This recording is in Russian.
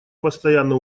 постоянно